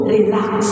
Relax